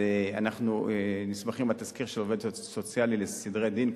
אנחנו סומכים על התסקיר של העובד הסוציאלי לסדרי דין,